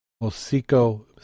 Mosquito